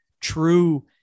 True